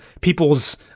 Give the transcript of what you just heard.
people's